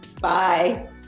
Bye